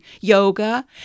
yoga